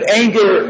anger